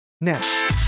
now